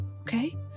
okay